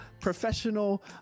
professional